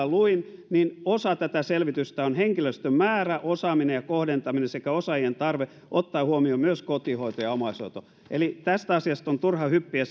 luin niin osa tätä selvitystä on henkilöstön määrä osaaminen ja kohdentaminen sekä osaajien tarve ottaen huomioon myös kotihoito ja omaishoito eli tästä asiasta on turha hyppiä